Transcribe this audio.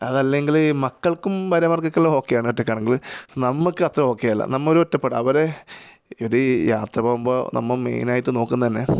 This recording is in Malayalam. അതല്ലെങ്കിൽ ഈ മക്കള്ക്കും ഭാര്യമാര്ക്കൊക്കെയെല്ലാം ഓക്കെയാണ് ഒറ്റയ്ക്കാണെങ്കിൽ നമുക്ക് അത്ര ഓക്കെ അല്ല നമ്മൾ ഒരു ഒറ്റപ്പെടാ അവരെ ഒരു യാത്ര പോകുമ്പോൾ നമ്മൾ മെയിനായിട്ട് നോക്കുന്നതു തന്നെ